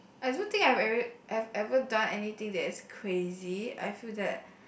I don't think I've ever I've ever done anything that is crazy I feel that